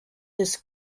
his